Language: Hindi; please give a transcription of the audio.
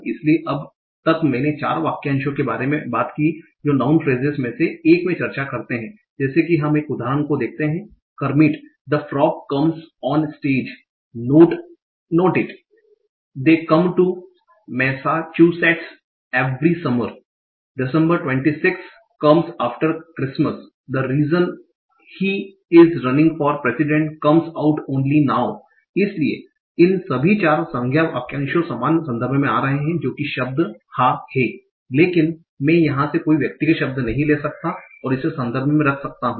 इसलिए अब तक मैंने 4 वाक्यांशों के बारे में बात की है जो नाउँन फ्रेसेस में से एक में चर्चा करते हैं जैसे कि हम इस उदाहरण को देखते हैं Kermit the frog comes on stage note it they come to Massachusetts every summer December 26th comes after Christmas the reason he is running for president comes out only now इसलिए इन सभी 4 संज्ञा वाक्यांशों समान संदर्भ में आ रहे है जो कि शब्द हाँ है लेकिन मैं यहाँ से कोई भी व्यक्तिगत शब्द नहीं ले सकता और इसे संदर्भ में रख सकता हूं